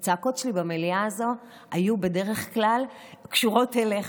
הצעקות שלי במליאה הזאת היו בדרך כלל קשורות אליך.